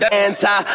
anti